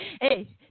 Hey